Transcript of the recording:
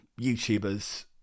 YouTubers